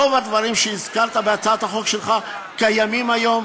רוב הדברים שהזכרת בהצעת החוק שלך קיימים היום,